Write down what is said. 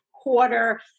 Quarter